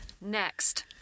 Next